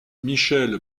michèle